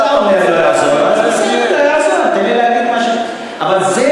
אתה אומר לא יעזור, בסדר, אבל זה